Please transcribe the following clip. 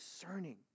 discerning